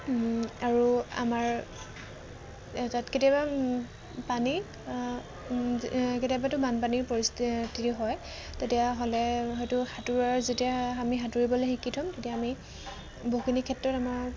আৰু আমাৰ তাত কেতিয়াবা পানী কেতিয়াবাতো বানপানীৰ পৰিস্থিতি হয় তেতিয়াহ'লে হয়তো সাঁতোৰাৰ যেতিয়া আমি সাঁতুৰিবলে শিকি থ'ম তেতিয়া আমি বহুখিনি ক্ষেত্ৰত আমাৰ